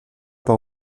par